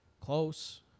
Close